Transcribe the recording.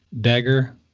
dagger